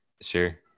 sure